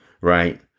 right